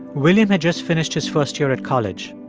william had just finished his first year at college.